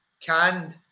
canned